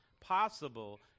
possible